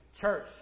church